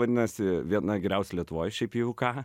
vadinasi viena geriausių lietuvoj šiaip jeigu ką